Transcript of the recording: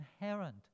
inherent